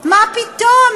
מה פתאום?